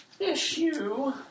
issue